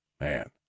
man